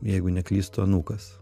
jeigu neklystu anūkas